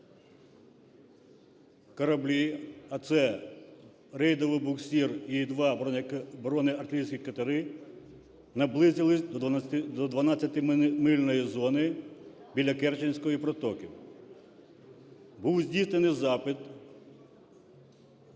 три кораблі, а це рейдовий буксир і два броне-артилерійські катери, наблизилися до дванадцятимильної зони біля Керченської протоки. Був здійснений запит